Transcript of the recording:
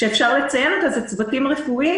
שאפשר לציין אותה זה צוותים רפואיים